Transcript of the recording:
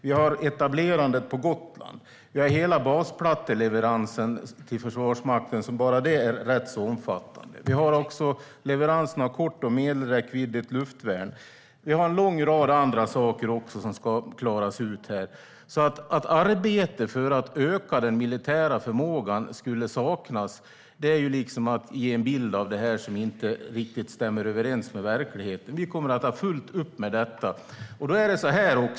Vi har etablerandet på Gotland. Vi har hela basplatteleveransen till Försvarsmakten, som bara det är rätt omfattande. Vi har också leveransen av kort och medelräckviddigt luftvärn. Vi har en lång rad andra saker också som ska klaras ut. Att säga att arbete för att öka den militära förmågan skulle saknas är att ge en bild av det här som inte riktigt stämmer överens med verkligheten. Vi kommer att ha fullt upp med detta.